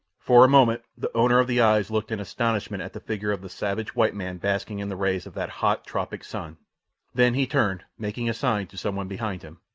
for a moment the owner of the eyes looked in astonishment at the figure of the savage white man basking in the rays of that hot, tropic sun then he turned, making a sign to some one behind him.